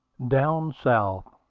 down south,